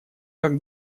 как